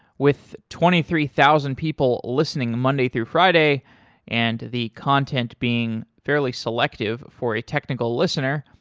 with twenty three thousand people listening monday through friday and the content being fairly selective for a technical listener,